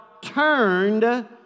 turned